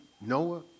Noah